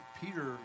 Peter